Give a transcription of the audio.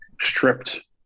stripped